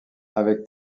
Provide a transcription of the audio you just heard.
avec